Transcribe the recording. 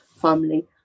family